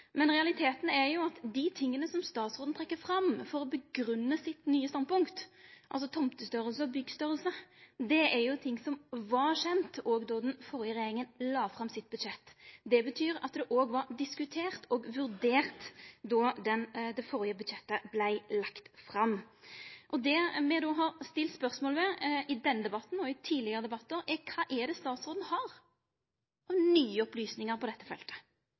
Men realiteten er jo at dei tinga som statsråden trekkjer fram for å grunngi sitt nye standpunkt, altså tomtestørrelse og byggstørrelse, er jo ting som var kjend òg då den førre regjeringa la fram sitt budsjett. Det betyr at det òg var diskutert og vurdert då det førre budsjettet vart lagt fram. Det som me då har stilt spørsmål ved både i denne debatten og i tidlegare debattar, er: Kva har statsråden av nye opplysningar på dette feltet